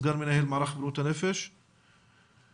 סגן מנהל מערך בריאות הנפש בקופת חולים מאוחדת,